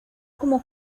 como